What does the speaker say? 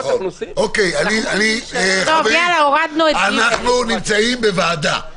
אנחנו נמצאים בוועדה.